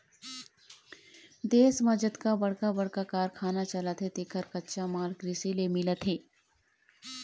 देश म जतका बड़का बड़का कारखाना चलत हे तेखर कच्चा माल कृषि ले मिलत हे